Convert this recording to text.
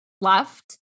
left